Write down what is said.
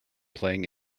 playing